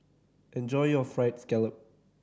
enjoy your Fried Scallop